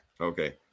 Okay